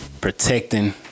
Protecting